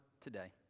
today